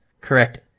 correct